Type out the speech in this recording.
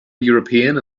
european